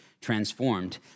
transformed